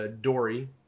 Dory